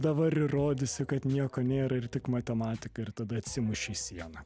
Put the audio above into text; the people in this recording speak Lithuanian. dabar įrodysiu kad nieko nėra ir tik matematika ir tada atsimuši į sieną